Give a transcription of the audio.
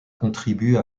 contribue